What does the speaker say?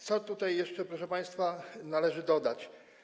Co tutaj jeszcze, proszę państwa, należy dodać?